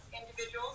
individuals